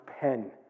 pen